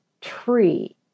tree